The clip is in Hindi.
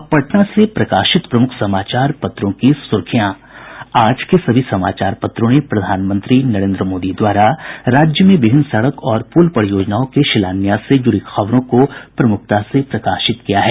अब पटना से प्रकाशित प्रमुख समाचार पत्रों की सुर्खियां आज के सभी समाचार पत्रों ने प्रधानमंत्री नरेन्द्र मोदी द्वारा राज्य में विभिन्न सड़क और पुल परियोजनाओं के शिलान्यास से जुड़ी खबरों को प्रमुखता से प्रकाशित किया है